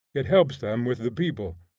it helps them with the people,